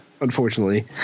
unfortunately